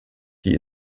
die